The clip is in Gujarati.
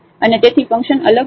અને તેથી ફંકશન અલગ નથી